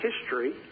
history